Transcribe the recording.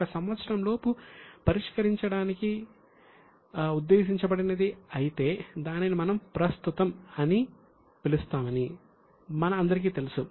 ఒక సంవత్సరంలోపు చెల్లించడానికి ఉద్దేశించినది అయితే దానిని మనం ప్రస్తుతం అని పిలుస్తామని మన అందరికీ తెలుసు